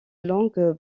longues